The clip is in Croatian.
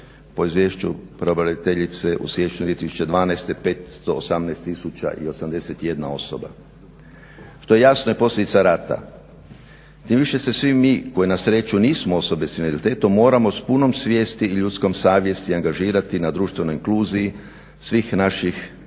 po izvješću pravobraniteljice u siječnju 2012. 518 801 osoba, što je jasno je posljedica rata. Tim više se svi mi koji na sreću nismo osobe s invaliditetom moramo s punom svijesti i ljudskom savjesti angažirati na društvenoj inkluziji svih naših invalidnih